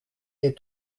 est